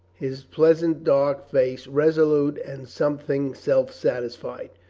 his pleasant dark face resolute and something self-satisfied.